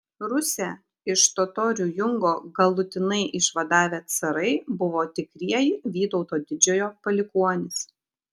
rusią iš totorių jungo galutinai išvadavę carai buvo tikrieji vytauto didžiojo palikuonys